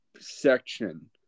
section